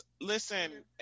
Listen